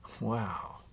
Wow